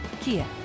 Kia